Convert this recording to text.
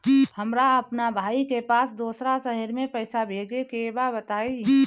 हमरा अपना भाई के पास दोसरा शहर में पइसा भेजे के बा बताई?